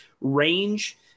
range